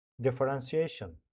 Differentiation